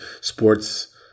sports